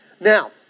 Now